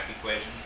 equation